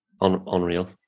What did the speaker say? Unreal